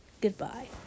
goodbye